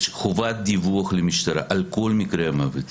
יש חובת דיווח למשטרה על כל מקרה מוות.